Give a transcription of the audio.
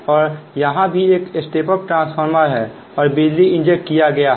और यहाँ भी यह एक स्टेप अप ट्रांसफार्मर है और बिजली इंजेक्ट किया गया है